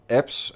apps